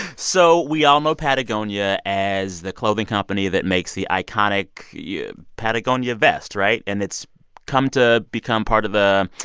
so we all know patagonia as the clothing company that makes the iconic yeah patagonia vest, right? and it's come to become part of the,